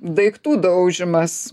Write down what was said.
daiktų daužymas